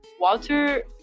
Walter